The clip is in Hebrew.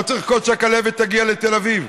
לא צריך לחכות שהכלבת תגיע לתל אביב.